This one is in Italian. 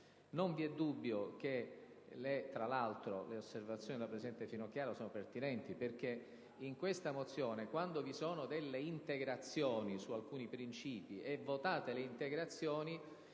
Non vi è dubbio, tra l'altro, che le osservazioni della presidente Finocchiaro siano pertinenti perché, in questa mozione, quando vi sono delle integrazioni su alcuni principi, votate le integrazioni